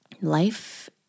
Life